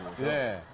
the